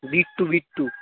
Bittu Bittu